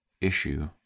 issue